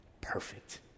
Perfect